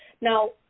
Now